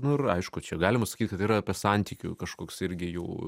nu ir aišku čia galima sakyt yra apie santykių kažkoks irgi jau